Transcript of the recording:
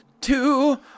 two